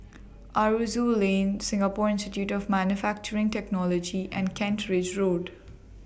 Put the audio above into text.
Aroozoo Lane Singapore Institute of Manufacturing Technology and Kent Ridge Road